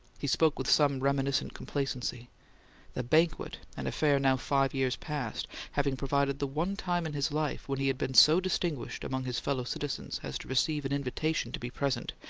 he spoke with some reminiscent complacency the banquet, an affair now five years past, having provided the one time in his life when he had been so distinguished among his fellow-citizens as to receive an invitation to be present,